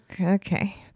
okay